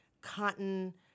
cotton